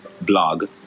blog